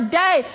day